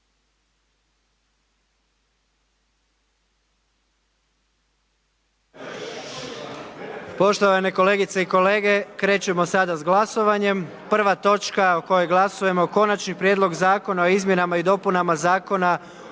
Konačnom prijedlogu Zakona o izmjenama i dopunama Zakona